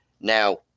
Now